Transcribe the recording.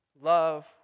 love